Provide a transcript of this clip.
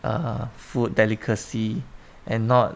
err food delicacy and not